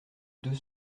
deux